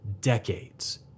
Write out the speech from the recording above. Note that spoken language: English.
decades